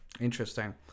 Interesting